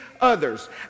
others